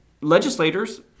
legislators